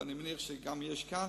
ואני מניח שיש גם כאן,